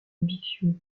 bixiou